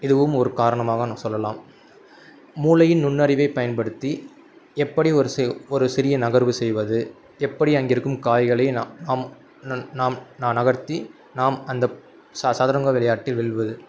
இதுவும் ஒரு காரணமாக நாம் சொல்லலாம் மூளையின் நுண்ணறிவைப் பயன்படுத்தி எப்படி ஒரு செ ஒரு சிறிய நகர்வு செய்வது எப்படி அங்கு இருக்கும் காய்களை நாம் ந நாம் நா நகர்த்தி நாம் அந்த ச சதுரங்க விளையாட்டில் வெல்வது